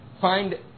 find